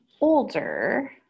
older